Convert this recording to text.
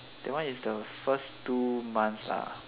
that one is the first two months lah